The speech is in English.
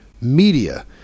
media